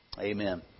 Amen